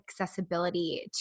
accessibility